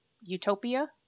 Utopia